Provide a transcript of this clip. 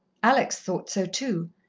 alex thought so too,